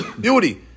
Beauty